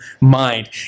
mind